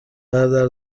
برادر